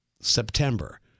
September